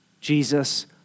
Jesus